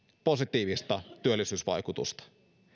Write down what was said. positiivista työllisyysvaikutusta